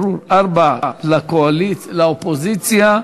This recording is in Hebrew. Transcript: ברור, ארבע דקות לאופוזיציה,